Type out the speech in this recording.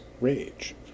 rage